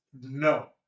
No